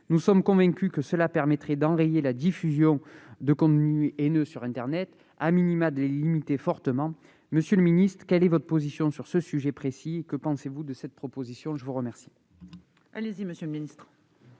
Nous sommes convaincus que cela permettrait d'enrayer la diffusion de contenus haineux sur internet, ou tout au moins de les limiter fortement. Monsieur le secrétaire d'État, quelle est votre position sur ce sujet précis et que pensez-vous de cette proposition ? La parole